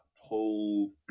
whole